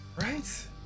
right